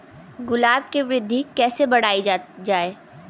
गुलाब की वृद्धि कैसे बढ़ाई जाए?